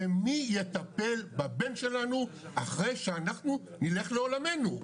מי יטפל בבן שלנו אחרי שאנחנו נלך לעולמנו?